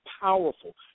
powerful